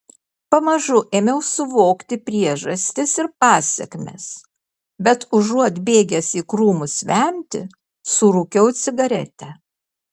pamažu ėmiau suvokti priežastis ir pasekmes bet užuot bėgęs į krūmus vemti surūkiau cigaretę